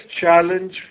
challenge